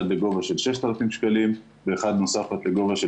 עד גובה 6,000 שקלים ואחד נוסף עד לגובה של